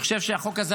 אני חושב שהחוק הזה,